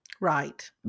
Right